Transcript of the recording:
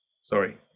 Sorry